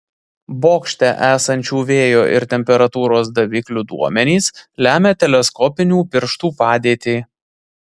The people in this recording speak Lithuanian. bokšte esančių vėjo ir temperatūros daviklių duomenys lemią teleskopinių pirštų padėtį